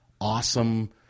awesome